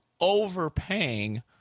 overpaying